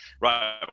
right